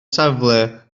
safle